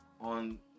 on